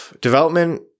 development